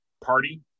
party